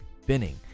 spinning